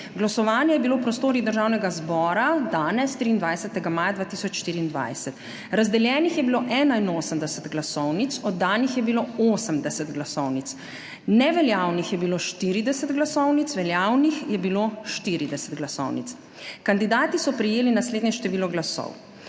Glasovanje je bilo v prostorih Državnega zbora danes, 23. maja 2024. Razdeljenih je bilo 81 glasovnic, oddanih je bilo 80 glasovnic, neveljavnih je bilo 40 glasovnic, veljavnih je bilo 40 glasovnic. Kandidati so prejeli naslednje število glasov: